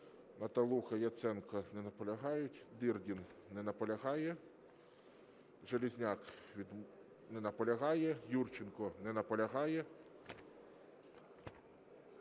Наталуха, Яценко, не наполягають. Дирдін. Не наполягає. Железняк. Не наполягає. Юрченко. Не наполягає.